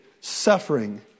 suffering